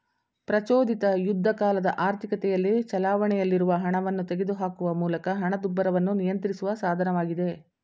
ಪ್ರಚೋದಿತ ಯುದ್ಧಕಾಲದ ಆರ್ಥಿಕತೆಯಲ್ಲಿ ಚಲಾವಣೆಯಲ್ಲಿರುವ ಹಣವನ್ನ ತೆಗೆದುಹಾಕುವ ಮೂಲಕ ಹಣದುಬ್ಬರವನ್ನ ನಿಯಂತ್ರಿಸುವ ಸಾಧನವಾಗಿದೆ